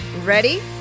Ready